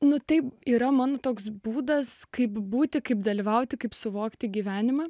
nu tai yra man toks būdas kaip būti kaip dalyvauti kaip suvokti gyvenimą